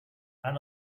and